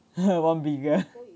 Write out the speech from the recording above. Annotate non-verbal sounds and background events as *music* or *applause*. *laughs* one bigger